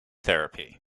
therapy